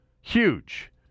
Huge